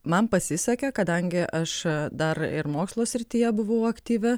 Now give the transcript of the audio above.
man pasisekė kadangi aš dar ir mokslo srityje buvau aktyvi